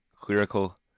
clerical